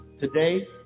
today